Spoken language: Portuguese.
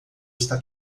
está